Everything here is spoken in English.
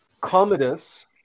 Commodus